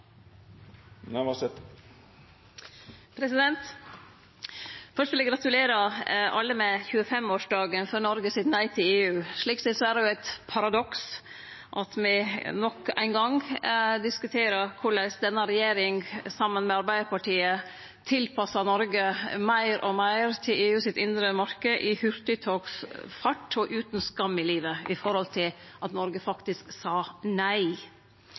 vil eg gratulere alle med 25-årsdagen for Noregs nei til EU. Slik sett er det eit paradoks at me nok ein gong diskuterer korleis denne regjeringa, saman med Arbeidarpartiet, tilpassar Noreg meir og meir til EUs indre marknad, i hurtigtogsfart og utan skam i livet, med tanke på at Noreg faktisk sa nei.